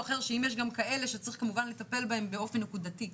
אחר שאם יש גם כאלה שצריך כמובן לטפל בהם באופן נקודתי,